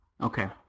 Okay